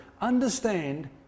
understand